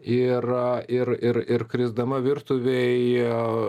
ir ir ir ir krisdama virtuvėje